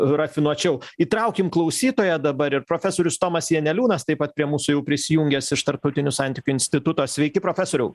rafinuočiau įtraukim klausytoją dabar ir profesorius tomas janeliūnas taip pat prie mūsų jau prisijungęs iš tarptautinių santykių instituto sveiki profesoriau